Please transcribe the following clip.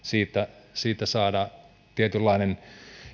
saada siitä tietynlainen